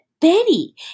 Betty